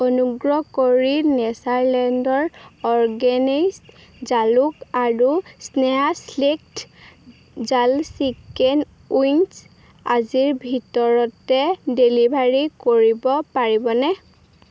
অনুগ্ৰহ কৰি নেচাৰলেণ্ডৰ অৰগেনিকছ্ জালুক আৰু স্নেহা চিলেক্ট জাল চিকেন উইংছ আজিৰ ভিতৰতে ডেলিভাৰি কৰিব পাৰিবনে